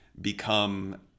become